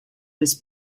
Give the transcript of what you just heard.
his